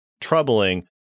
troubling